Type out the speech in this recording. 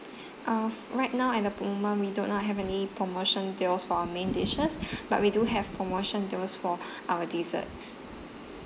uh right now at the moment we do not have any promotion deals for our main dishes but we do have promotion deals for our desserts